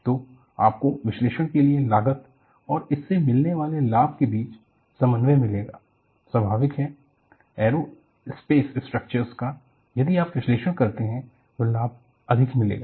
तो आपको विश्लेषण के लिए लागत और इससे मिलने वाले लाभ के बीच समन्वय मिलेगा स्वभाविक है एयरोस्पेस स्ट्रक्चरस का यदि आप विश्लेषण करते हैं तो लाभ अधिक मिलेगा